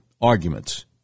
arguments